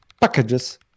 packages